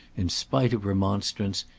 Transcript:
in spite of remonstrance,